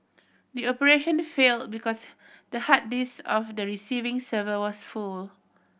the operation to fail because the hard disk of the receiving server was full